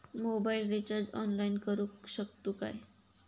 Mobile recharge online करुक शकतू काय?